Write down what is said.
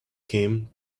came